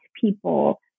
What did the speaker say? people